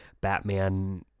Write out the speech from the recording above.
Batman